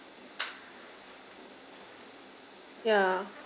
ya